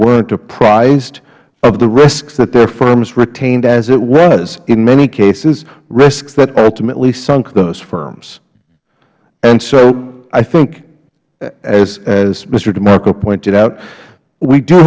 weren't apprised of the risk that their firms retained as it was in many cases risks that ultimately sunk those firms so i think as mister demarco pointed out we do